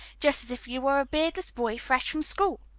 just as if you were a beardless boy, fresh from school.